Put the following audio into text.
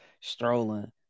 strolling